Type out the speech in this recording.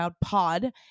pod